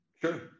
Sure